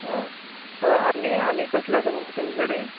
हय आं आनी आनी कसले बूक आसा तुमचे कडेन